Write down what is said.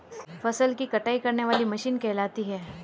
फसल की कटाई करने वाली मशीन कहलाती है?